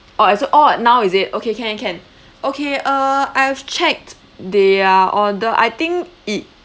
oh as oh now is it okay can can okay uh I've checked their order I think it